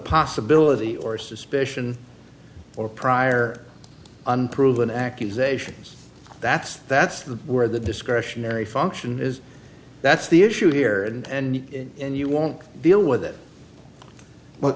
possibility or suspicion or prior unproven accusations that's that's the where the discretionary function is that's the issue here and you and you won't deal with